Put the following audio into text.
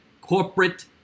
corporate